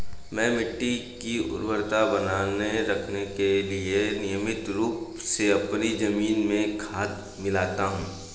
मैं मिट्टी की उर्वरता बनाए रखने के लिए नियमित रूप से अपनी जमीन में खाद मिलाता हूं